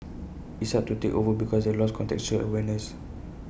it's hard to take over because they lost contextual awareness